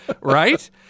Right